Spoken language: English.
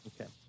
Okay